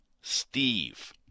Steve